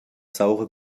saure